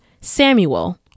Samuel